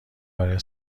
برای